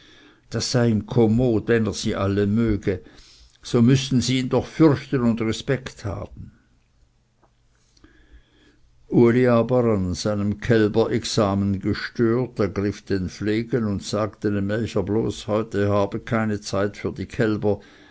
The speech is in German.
das sei ihm kommod wenn er sie alle möge so müssen sie ihn doch fürchten und respekt haben uli aber an seinem kälberexamen gestört ergriff den flegel und sagte dem melcher bloß heute habe er keine zeit mehr für die kälber